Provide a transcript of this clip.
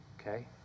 Okay